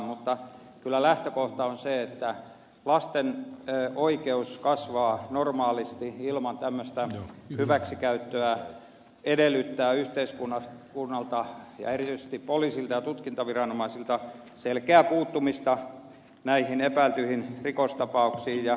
mutta kyllä lähtökohta on se että lasten oikeus kasvaa normaalisti ilman tämmöistä hyväksikäyttöä edellyttää yhteiskunnalta ja erityisesti poliisilta ja tutkintaviranomaisilta selkeää puuttumista näihin epäiltyihin rikostapauksiin